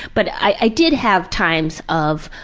but i did have times of